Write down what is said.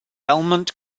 belmont